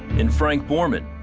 in frank borman,